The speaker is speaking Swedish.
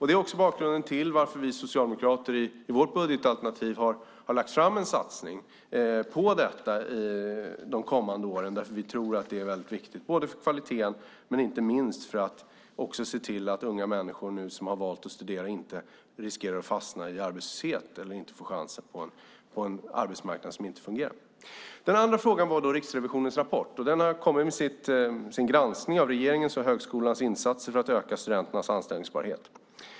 Det är också bakgrunden till att vi socialdemokrater i vårt budgetalternativ har lagt fram en satsning på detta de kommande åren. Vi tror att det är väldigt viktigt både för kvaliteten och inte minst för att se till att unga människor som har valt att studera inte riskerar att fastna i arbetslöshet eller inte får chansen på en arbetsmarknad som inte fungerar. Den andra frågan var rapporten från Riksrevisionen, som har kommit med sin granskning av regeringens och högskolornas insatser för att öka studenternas anställningsbarhet.